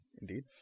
Indeed